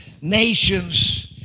nations